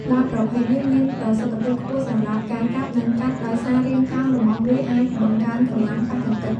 ដាវប្រភេទនេះមានប្រសិទ្ធភាពខ្ពស់សម្រាប់ការកាប់ និងកាត់ ដោយសាររាងកោងរបស់វាអាចបង្កើនកម្លាំងប៉ះទង្គិច។